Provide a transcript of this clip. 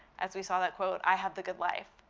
as we saw that quote, i have the good life.